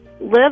live